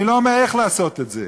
אני לא אומר איך לעשות את זה,